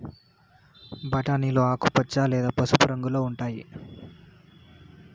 బఠానీలు ఆకుపచ్చ లేదా పసుపు రంగులో ఉంటాయి